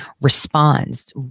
responds